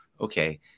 okay